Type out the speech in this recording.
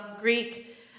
Greek